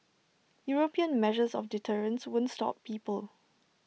european measures of deterrence won't stop people